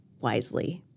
wisely